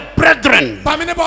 brethren